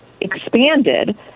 expanded